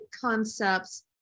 concepts